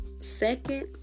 second